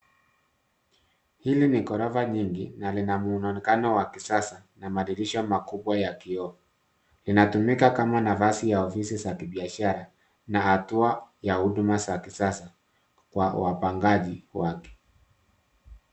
Hili ni gorova nyingi na lina muonekano wakisasa na madirisha makubwa ya kioo. Linatumika kama nafasi ya ofisi za kibiashara na hatua ya huduma za kisasa kwa wapangaji wake.